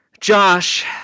Josh